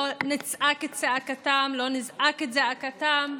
נצעק את צעקתם, לא נזעק את זעקתם.